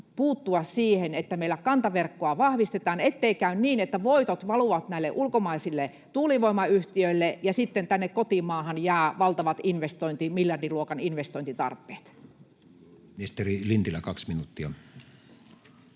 puuttua siihen, että meillä kantaverkkoa vahvistetaan, ettei käy niin, että voitot valuvat näille ulkomaisille tuulivoimayhtiöille ja sitten tänne kotimaahan jäävät valtavat miljardiluokan investointitarpeet. Ministeri Lintilä, kaksi minuuttia.